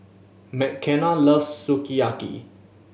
Mckenna loves Sukiyaki